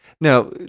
now